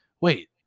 wait